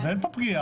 אז אין פה פגיעה.